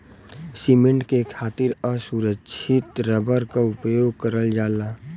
cement के खातिर असुरछित रबर क उपयोग करल जाला